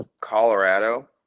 Colorado